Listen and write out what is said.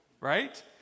right